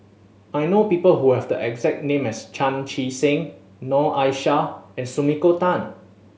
I know people who have the exact name as Chan Chee Seng Noor Aishah and Sumiko Tan